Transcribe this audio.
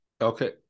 Okay